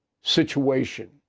situation